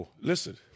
Listen